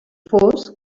fos